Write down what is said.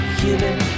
human